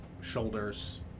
shoulders